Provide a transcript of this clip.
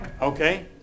Okay